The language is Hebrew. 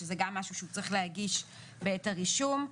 שזה גם משהו שהוא צריך להגיש בעת הרישום.